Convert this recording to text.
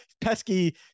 pesky